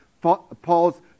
Paul's